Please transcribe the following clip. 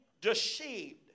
deceived